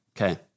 Okay